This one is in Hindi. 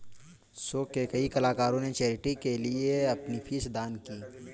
शो के कई कलाकारों ने चैरिटी के लिए अपनी फीस दान की